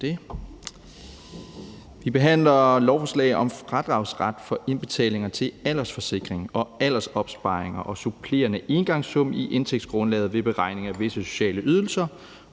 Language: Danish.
Vi behandler et lovforslag om fradragsret for indbetalinger til aldersforsikring og aldersopsparinger og supplerende engangssum i indtægtsgrundlaget ved beregning af visse sociale ydelser